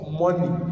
money